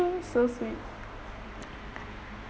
so sweet